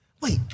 Wait